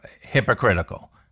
hypocritical